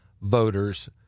voters